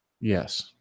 Yes